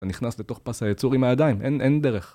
אתה נכנס לתוך פס היצור עם הידיים, אין דרך